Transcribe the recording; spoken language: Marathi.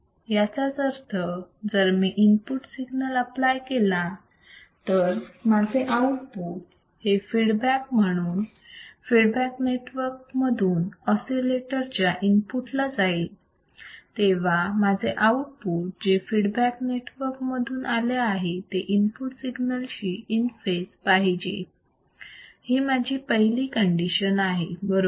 याचाच अर्थ जर मी इनपुट सिग्नल आपलाय केला तर माझे आउटपुट हे फीडबॅक म्हणून फीडबॅक नेटवर्क मधून ऑसिलेटर च्या इनपुट ला जाईल तेव्हा माझे आउटपुट जे फीडबॅक नेटवर्क मधून आले आहे ते इनपुट सिग्नल शी इन फेज पाहिजे ही माझी पहिली कंडिशन आहे बरोबर